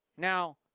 Now